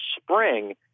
spring